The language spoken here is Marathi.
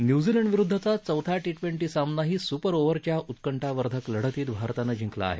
न्यूझीलंडविरुद्धचा चौथा टी ट्वेंटी सामनाही सूपर ओव्हरच्या उत्कंठावर्धक लढतीत भारतानं जिंकला आहे